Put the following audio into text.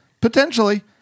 Potentially